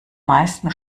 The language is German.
meisten